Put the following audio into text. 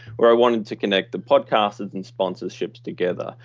where i wanted to connect the podcasters and sponsorships together.